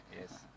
yes